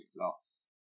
loss